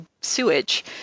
sewage